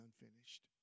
unfinished